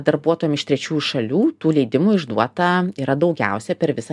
darbuotojam iš trečiųjų šalių tų leidimų išduota yra daugiausiai per visą